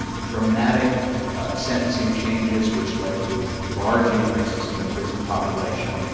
and dramatic sentencing changes, which led to large increases in the prison population,